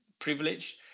privileged